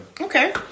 Okay